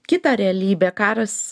kitą realybę karas